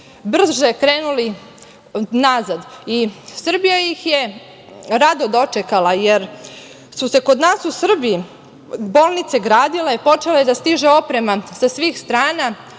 brže krenuli nazad. Srbija je ih je rado dočekala, jer su se kod nas u Srbiji bolnice gradile, počela je da stiže oprema sa svih strana,